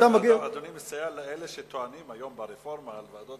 אדוני מסייע לאלה שטוענים היום ברפורמה בוועדות